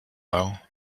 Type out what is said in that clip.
aisle